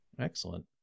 Excellent